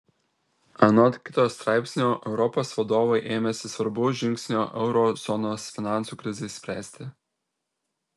anot kito straipsnio europos vadovai ėmėsi svarbaus žingsnio euro zonos finansų krizei spręsti